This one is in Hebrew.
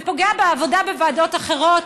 זה פוגע בעבודה בוועדות אחרות,